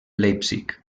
leipzig